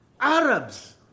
Arabs